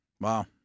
Wow